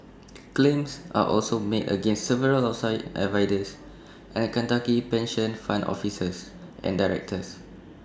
claims are also made against several outside advisers and Kentucky pension fund officers and directors